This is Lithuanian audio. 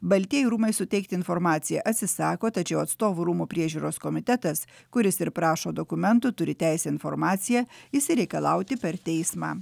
baltieji rūmai suteikti informaciją atsisako tačiau atstovų rūmų priežiūros komitetas kuris ir prašo dokumentų turi teisę informaciją išsireikalauti per teismą